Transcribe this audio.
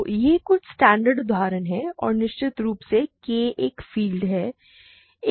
तो ये कुछ स्टैण्डर्ड उदाहरण हैं और निश्चित रूप से K एक फील्ड है